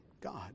God